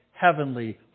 heavenly